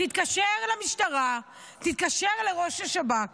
תתקשר למשטרה, תתקשר לראש השב"כ